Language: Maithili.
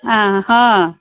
आँय हँ